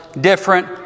different